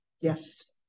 Yes